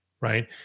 right